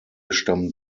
stammen